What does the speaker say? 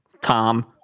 Tom